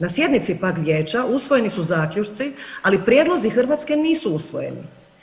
Na sjednici pak Vijeća usvojeni su zaključci, ali prijedlozi Hrvatske nisu usvojeni.